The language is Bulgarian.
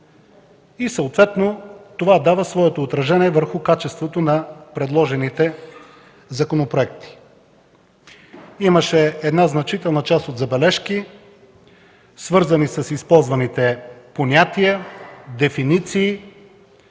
съответно дава своето отражение върху качеството на предложените законопроекти. Имаше значителна част от забележки, свързани с използваните понятия и дефиниции.